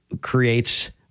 creates